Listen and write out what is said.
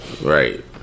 Right